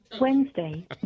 Wednesday